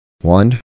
one